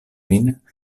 min